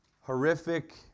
horrific